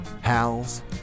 Hal's